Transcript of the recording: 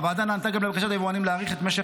הוועדה נענתה גם לבקשת היבואנים להאריך את משך